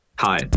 Hi